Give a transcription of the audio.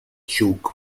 joke